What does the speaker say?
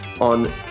on